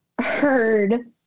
heard